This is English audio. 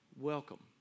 welcome